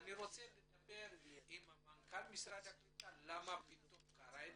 אני רוצה לדבר עם מנכ"ל משרד הקליטה למה זה קרה פתאום